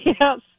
yes